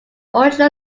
original